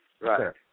Right